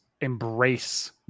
embrace